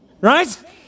Right